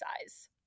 size